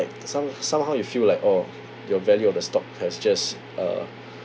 like some somehow you feel like oh your value of the stock has just uh